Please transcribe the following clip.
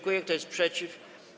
Kto jest przeciw?